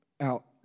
out